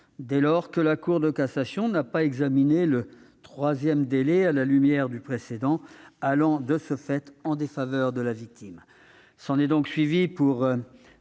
dès lors que la Cour de cassation n'a pas examiné le troisième délai à la lumière du précédent, allant, de ce fait, dans un sens défavorable à la victime.